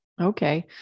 Okay